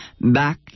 Back